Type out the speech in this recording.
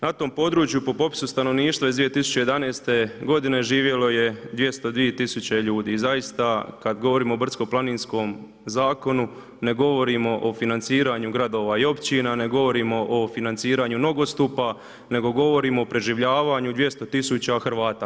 Na tom području po popisu stanovništva iz 2011. godine živjelo je 202 000 ljudi i zaista kad govorimo o brdsko planinskom zakonu ne govorimo o financiranju gradova i općina, ne govorimo o financiranju nogostupa, nego govorimo o preživljavanju 200 000 Hrvata.